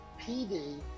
pd